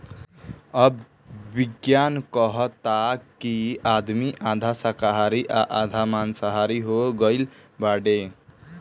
अब विज्ञान कहता कि आदमी आधा शाकाहारी आ आधा माँसाहारी हो गईल बाड़े